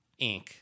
Inc